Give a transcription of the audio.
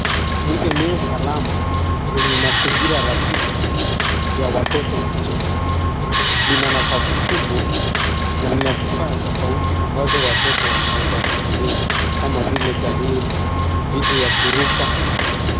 Ni eneo salama, lenye mazingira rafiki ya watoto kucheza. Lina nafasi kubwa na lina vifaa tofauti ambazo watoto wanaeza kutumia kama vile tairi, vitu vya kuruka.